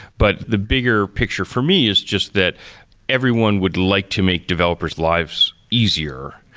but the bigger picture for me is just that everyone would like to make developers lives easier,